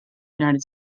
united